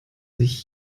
sich